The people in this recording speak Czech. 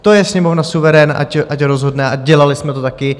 To je Sněmovna suverén, ať rozhodne, a dělali jsme to taky.